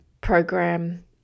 program